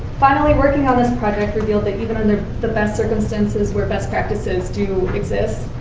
finally, working on this project revealed that, even under the best circumstances, where best practices do exist,